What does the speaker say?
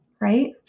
right